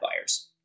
buyers